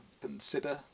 consider